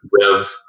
rev